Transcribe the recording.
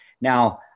Now